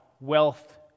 wealth